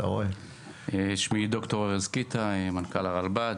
אני ד"ר ארז קיטה, מנכל הרלב"ד.